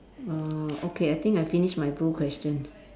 uh okay I think I finished my blue question